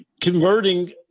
converting